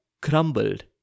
crumbled